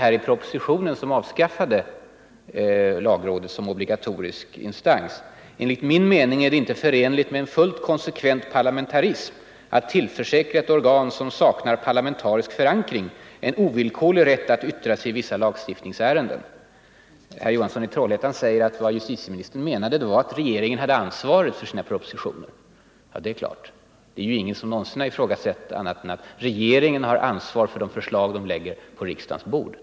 I propositionen som föreslog avskaffande av lagrådet som obligatorisk instans hette det: ”Enligt min mening är det inte förenligt med en fullt konsekvent parlamentarism att tillförsäkra ett organ som saknar parlamentarisk förankring en ovillkorlig rätt att yttra sig i vissa lagstiftningsärenden.” Herr Johansson i Trollhättan säger att vad justitieministern menade var att regeringen hade ansvaret för sina propositioner. Ja, det är klart att den har. Det är ingen som någonsin har ifrågasatt att regeringen har ansvar för de förslag den lägger på riksdagens bord.